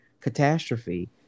catastrophe